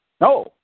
No